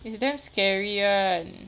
it's damn scary [one]